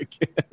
again